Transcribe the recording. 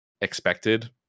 expected